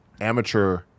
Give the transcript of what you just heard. amateur